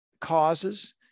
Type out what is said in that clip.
causes